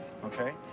Okay